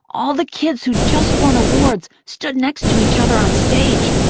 all the kids who'd just won awards stood next to each other onstage,